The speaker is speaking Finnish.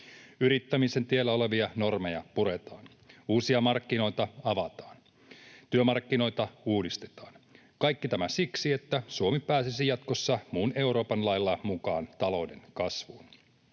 Yrittämisen tiellä olevia normeja puretaan, uusia markkinoita avataan, työmarkkinoita uudistetaan. Kaikki tämä siksi, että Suomi pääsisi jatkossa muun Euroopan lailla mukaan talouden kasvuun.